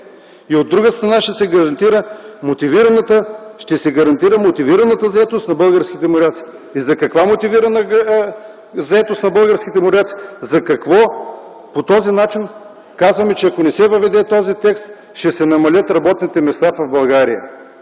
От друга страна, ще се гарантира мотивираната заетост на българските моряци.” За каква мотивирана заетост на българските моряци говорим? По този начин казваме, че ако не се въведе този текст, ще се намалят работните места в България.